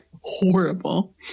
horrible